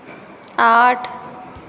आठ